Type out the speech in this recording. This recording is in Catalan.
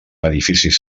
edificis